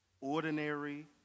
ordinary